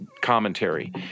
commentary